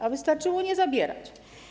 A wystarczyło nie zabierać.